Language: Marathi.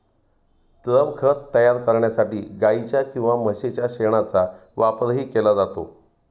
द्रवखत तयार करण्यासाठी गाईच्या किंवा म्हशीच्या शेणाचा वापरही केला जातो